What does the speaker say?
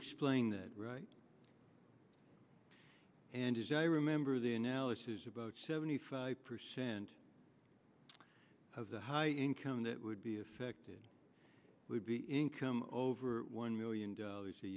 explain that right and as i remember the analysis about seventy five percent of the high income that would be affected would be income over one million dollars a